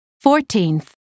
fourteenth